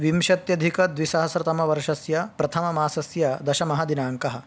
विंशत्यधिकद्विसहस्रतमवर्षस्य प्रथममासस्य दशमः दिनाङ्कः